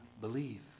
believe